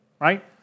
right